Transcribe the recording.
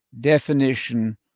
definition